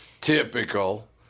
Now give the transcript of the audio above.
Typical